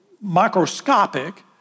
microscopic